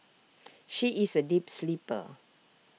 she is A deep sleeper